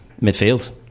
midfield